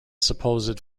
supposed